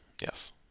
Yes